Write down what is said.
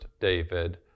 David